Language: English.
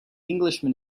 englishman